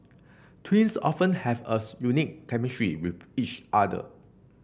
twins often have a unique chemistry with each other